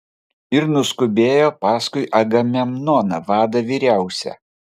ir nuskubėjo paskui agamemnoną vadą vyriausią